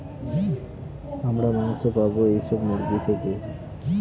আমরা মাংস পাবো এইসব মুরগি থেকে